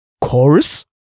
Chorus